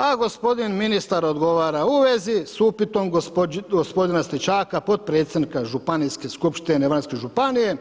A gospodin ministar odgovara – U vezi s upitom gospodina Stričaka, potpredsjednika Županijske skupštine Varaždinske županije